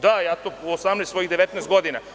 Da, ja to u 18 svojih, 19 godina.